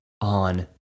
on